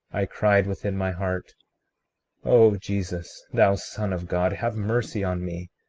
i cried within my heart o jesus, thou son of god, have mercy on me,